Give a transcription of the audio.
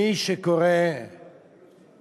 מי שקורא על